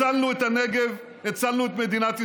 הצלנו את הנגב, הצלנו את מדינת ישראל,